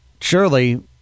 surely